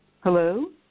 Hello